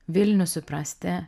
vilnių suprasti